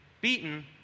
beaten